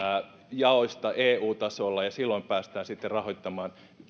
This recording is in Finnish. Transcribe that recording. jaoista eu tasolla ja silloin päästään sitten rahoittamaan